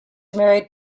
married